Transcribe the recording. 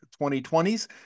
2020s